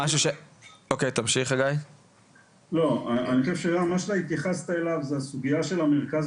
אני חושב שמה שהתייחסת אליו זו הסוגייה של מרכז